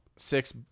six